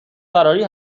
فراری